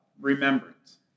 remembrance